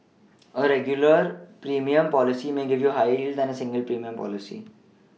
a regular premium policy may give you higher yield than a single premium policy